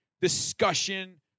discussion